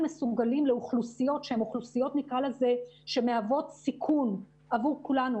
מסוגלים לאוכלוסיות שמהוות סיכון עבור כולנו,